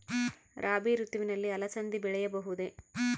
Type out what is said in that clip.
ರಾಭಿ ಋತುವಿನಲ್ಲಿ ಅಲಸಂದಿ ಬೆಳೆಯಬಹುದೆ?